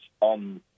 on